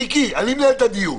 אני מנהל את הדיון.